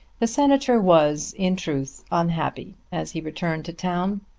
the senator was in truth unhappy as he returned to town.